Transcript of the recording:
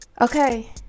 Okay